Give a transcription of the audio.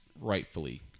rightfully